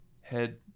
head